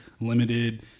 limited